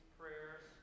prayers